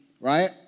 right